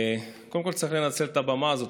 קודם כול צריך לנצל את הבמה הזאת.